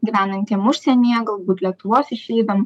gyvenantiem užsienyje galbūt lietuvos išeiviam